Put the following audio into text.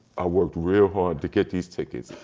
i worked real hard to get these tickets.